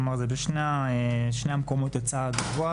זאת אומרת בשני המקומות זה יצא גבוה,